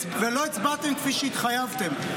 ולא הצבעתם כפי שהתחייבתם.